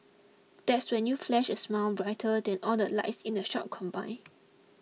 that's when you flash a smile brighter than all the lights in the shop combined